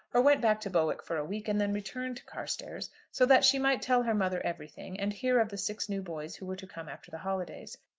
or went back to bowick for a week, and then returned to carstairs, so that she might tell her mother everything, and hear of the six new boys who were to come after the holidays.